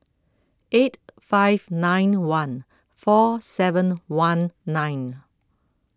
eight five nine one four seven one nine